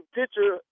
picture